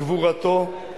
גבורתו,